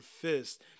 fist